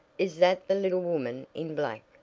is that the little woman in black?